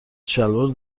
شلوار